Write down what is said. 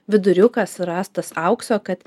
viduriukas rastas aukso kad